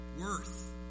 worth